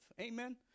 Amen